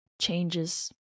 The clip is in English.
changes